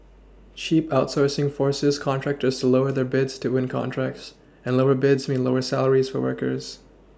cheap outsourcing forces contractors to lower their bids to win contracts and lower bids mean lower salaries for workers